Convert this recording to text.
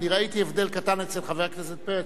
אני ראיתי הבדל קטן אצל חבר הכנסת פרץ.